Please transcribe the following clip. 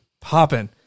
Popping